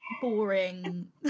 boring